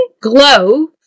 Glow